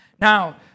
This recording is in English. Now